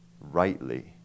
rightly